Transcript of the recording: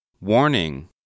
Warning